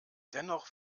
dennoch